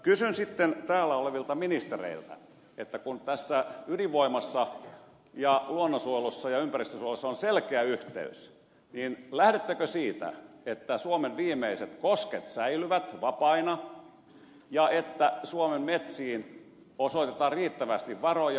kysyn sitten täällä olevilta ministereiltä että kun tässä ydinvoimassa ja luonnonsuojelussa ja ympäristönsuojelussa on selkeä yhteys niin lähdettekö siitä että suomen viimeiset kosket säilyvät vapaina ja että suomen metsiin osoitetaan riittävästi varoja